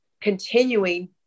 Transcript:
continuing